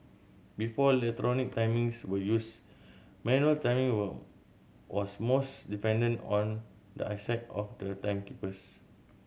before timings we used manual timing were was most dependent on the eyesight of the timekeepers